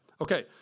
Okay